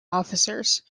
officers